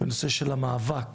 בנושא של המאבק